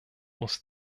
muss